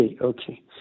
okay